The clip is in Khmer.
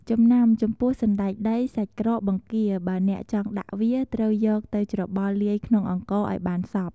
ចំណាំ ចំពោះសណ្ដែកដី សាច់ក្រក បង្គា បើអ្នកចង់ដាក់វា ត្រូវយកទៅច្របល់លាយក្នុងអង្ករឱ្យបានសព្វ។